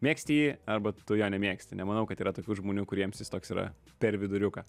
mėgsti jį arba tu jo nemėgsti nemanau kad yra tokių žmonių kuriems jis toks yra per viduriuką